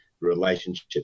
relationship